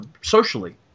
socially